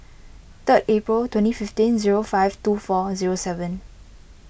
third April twenty fifteen zero five two four zero seven